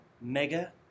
Mega